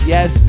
Yes